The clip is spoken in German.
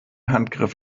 handgriff